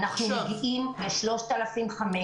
אנחנו מגיעים ל-3,500.